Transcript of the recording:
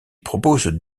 propose